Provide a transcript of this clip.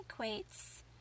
equates